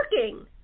working